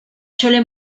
chole